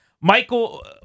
Michael